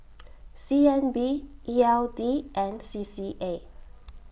C N B E L D and C C A